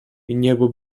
niebo